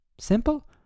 Simple